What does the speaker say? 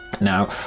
Now